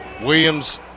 Williams